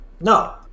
No